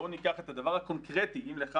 בואו ניקח את הדבר הקונקרטי אם לך,